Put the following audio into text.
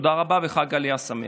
תודה רבה, וחג עלייה שמח.